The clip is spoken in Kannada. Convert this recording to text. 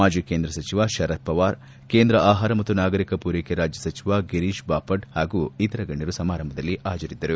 ಮಾಜಿ ಕೇಂದ್ರ ಸಚಿವ ಶರತ್ ಪವಾರ್ ಕೇಂದ್ರ ಆಹಾರ ಮತ್ತು ನಾಗರಿಕ ಪೂರ್ಟೆಕೆ ರಾಜ್ಯ ಸಚಿವ ಗಿರೀಶ್ ಬಾಪಟ್ ಹಾಗೂ ಇತರ ಗಣ್ಣರು ಸಮಾರಂಭದಲ್ಲಿ ಹಾಜರಿದ್ದರು